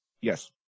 Yes